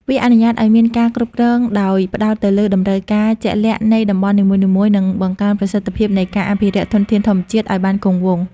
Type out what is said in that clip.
វាអនុញ្ញាតឱ្យមានការគ្រប់គ្រងដោយផ្តោតទៅលើតម្រូវការជាក់លាក់នៃតំបន់នីមួយៗ និងបង្កើនប្រសិទ្ធភាពនៃការអភិរក្សធនធានធម្មជាតិឱ្យបានគង់វង្ស។